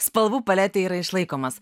spalvų paletėje yra išlaikomas